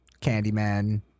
Candyman